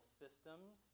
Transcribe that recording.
systems